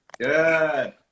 good